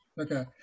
Okay